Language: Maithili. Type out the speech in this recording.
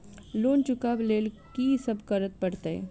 लोन चुका ब लैल की सब करऽ पड़तै?